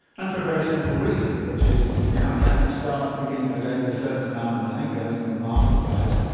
and for a very simple reason, which is a capitalist starts the beginning of the day with a certain amount of money, goes into the market, buys